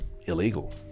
illegal